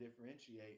differentiate